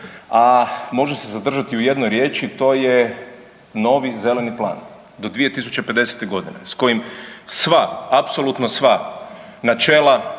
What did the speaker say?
a može se zadržati u jednoj riječi to je novi zeleni plan do 2050. godine s kojim sva, apsolutno sva načela,